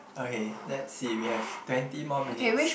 okay let's see we have twenty more minutes